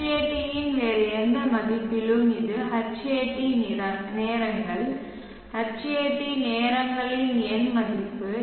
Hat யின் வேறு எந்த மதிப்பிலும் இது Hat நேரங்கள் Hat நேரங்களின் எண் மதிப்பு